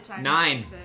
Nine